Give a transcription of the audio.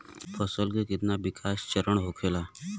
फसल के कितना विकास चरण होखेला?